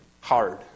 hard